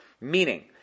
Meaning